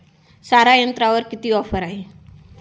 सारा यंत्रावर किती ऑफर आहे?